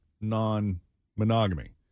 non-monogamy